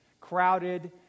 crowded